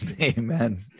Amen